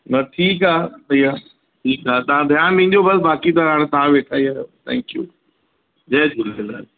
न ठीकु आहे भइया ठीकु आहे तव्हां ध्यानु ॾिजो बस बाकी त हाणे तव्हां वेठा ई आहियो थैंक यू जय झूलेलाल